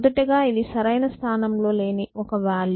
మొదటగా ఇది సరైన స్థానంలో లేని ఒక వాల్యూ